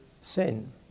sin